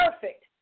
Perfect